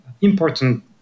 important